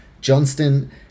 Johnston